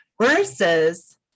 versus